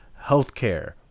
Healthcare